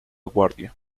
guardia